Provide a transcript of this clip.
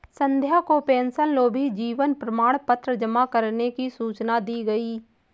संध्या को पेंशनभोगी जीवन प्रमाण पत्र जमा करने की सूचना दी गई